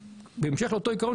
בהמשך לאותו עיקרון